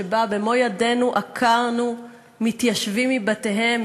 שבה במו ידינו עקרנו מתיישבים מבתיהם,